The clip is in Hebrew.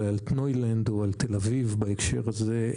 על אלטנוילנד או על תל אביב בהקשר זה,